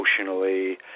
emotionally